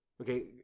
Okay